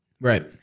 Right